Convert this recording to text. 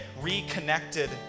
reconnected